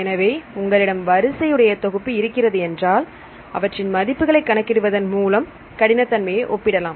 எனவே உங்களிடம் வரிசை உடைய தொகுப்பு இருக்கிறது என்றாள் அவற்றின் மதிப்புகளை கணக்கிடுவதன் மூலம் கடினத்தன்மையை ஒப்பிடலாம்